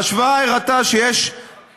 וההשוואה הראתה שיש,